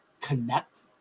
connect